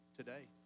today